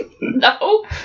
No